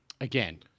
again